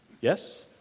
Yes